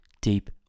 Deep